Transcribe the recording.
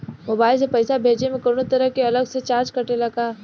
Mobile से पैसा भेजे मे कौनों तरह के अलग से चार्ज कटेला का?